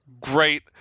Great